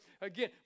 again